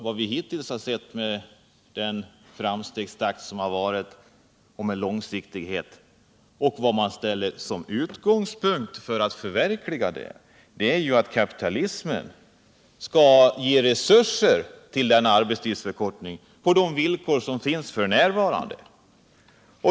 Vad vi hittills har sett av framstegstakt och långsiktighet — och vad man har som utgångspunkt när det gäller att förverkliga målet — innebär att kapitalismen skall ge resurser till en arbetstidsförkortning på de villkor som råder f.n.